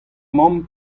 mamm